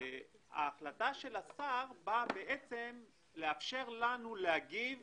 ההחלטה של השר באה לאפשר לנו להגיב